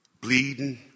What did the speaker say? bleeding